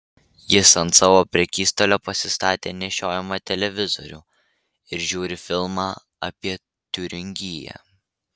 jis ant savo prekystalio pasistatė nešiojamą televizorių ir žiūri filmą apie tiuringiją